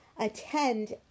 attend